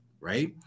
right